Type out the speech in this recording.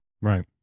Right